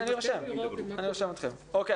שלומי,